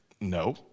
no